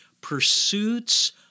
pursuits